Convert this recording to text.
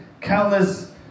countless